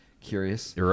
curious